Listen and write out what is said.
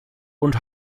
und